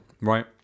Right